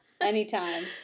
Anytime